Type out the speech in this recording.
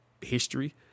history